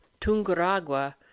tunguragua